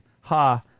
ha